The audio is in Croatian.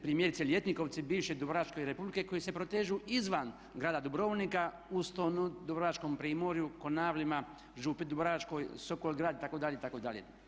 Primjerice ljetnikovci bivše Dubrovačke Republike koji se protežu izvan grada Dubrovnika u Stonu, Dubrovačkom primorju, Konvalima, Župi Dubrovačkoj, Sokol grad itd., itd.